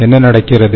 என்ன நடக்கிறது